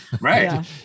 Right